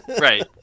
right